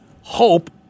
hope